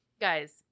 Guys